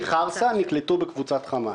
מחרסה נקלטו בקבוצת חמת.